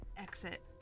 exit